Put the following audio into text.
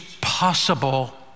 possible